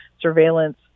surveillance